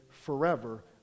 forever